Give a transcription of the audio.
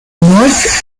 north